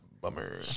Bummer